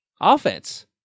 offense